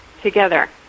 together